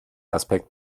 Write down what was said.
aspekt